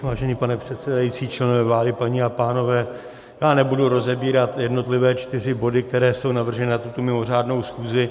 Vážený pane předsedající, členové vlády, paní a pánové, já nebudu rozebírat jednotlivé čtyři body, které jsou navrženy na tuto mimořádnou schůzi.